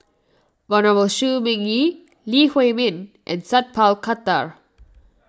Venerable Shi Ming Yi Lee Huei Min and Sat Pal Khattar